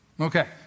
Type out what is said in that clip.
Okay